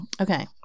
Okay